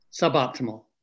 suboptimal